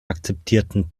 akzeptierten